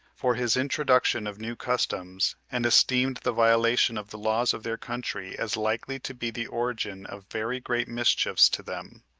for his introduction of new customs, and esteemed the violation of the laws of their country as likely to be the origin of very great mischiefs to them,